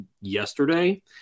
yesterday